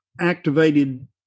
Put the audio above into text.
activated